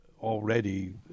already